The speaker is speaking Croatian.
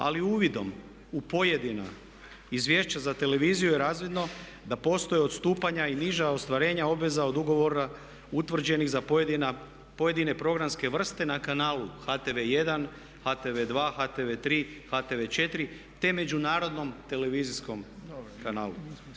Ali uvidom u pojedina izvješća za televiziju je razvidno da postoje odstupanja i niža ostvarenja obveza od ugovora utvrđenih za pojedine programske vrste na kanalu HTV 1, HTV 2, HTV 3, HTV 4 te međunarodnom televizijskom kanalu.